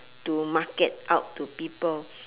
to market out to people